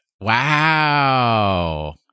Wow